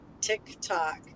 TikTok